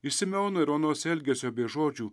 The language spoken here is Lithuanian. iš simeono ir onos elgesio bei žodžių